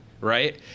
Right